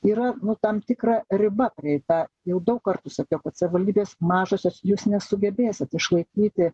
yra nu tam tikra riba prieita jau daug kartų sakiau kad savivaldybės mažosios jūs nesugebėsit išlaikyti